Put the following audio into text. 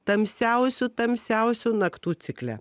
tamsiausių tamsiausių naktų cikle